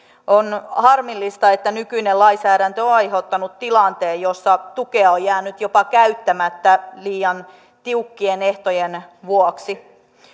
on harmillista että nykyinen lainsäädäntö on aiheuttanut tilanteen jossa tukea on jäänyt jopa käyttämättä liian tiukkojen ehtojen vuoksi